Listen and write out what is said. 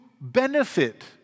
benefit